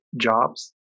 jobs